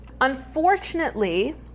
Unfortunately